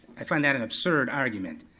i find that an absurd argument.